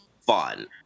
fun